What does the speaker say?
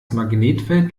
magnetfeld